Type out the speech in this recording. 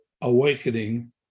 awakening